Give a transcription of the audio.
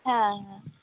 হ্যাঁ হ্যাঁ